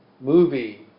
movie